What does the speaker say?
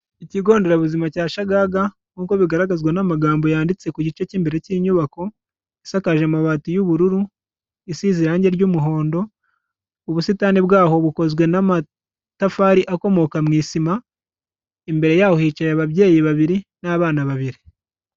Ikigo nderabuzima cya Shagaga nk'uko bigaragazwa n'amagambo yanditse ku gice k'imbere k'inyubako isakaje amabati y'ubururu, isize irangi ry'umuhondo, ubusitani bwaho bukozwe n'amatafari akomoka mu isima, imbere yaho hicaye ababyeyi babiri n'abana babiri.